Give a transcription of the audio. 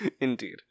Indeed